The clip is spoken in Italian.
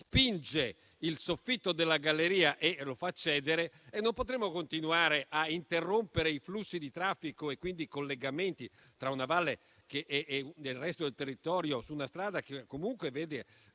spinge il soffitto della galleria e lo fa cedere, non potremo continuare a interrompere i flussi di traffico e quindi i collegamenti tra una valle e il resto del territorio, su una strada percorsa ogni